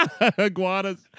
iguanas